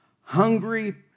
hungry